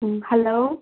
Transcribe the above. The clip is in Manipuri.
ꯎꯝ ꯍꯜꯂꯣ